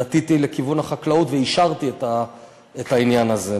נטיתי לכיוון החקלאות ואישרתי את העניין הזה.